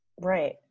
Right